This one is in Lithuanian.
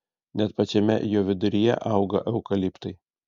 net pačiame jo viduryje auga eukaliptai